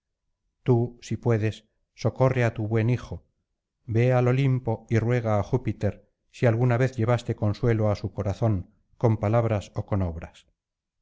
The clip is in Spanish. tú si puedes socorre á tu buen hijo ve al olimpo y ruega á júpiter si alguna vez llevaste consuelo á su corazón con palabras ó con obras